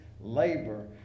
labor